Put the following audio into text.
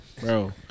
Bro